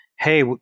Hey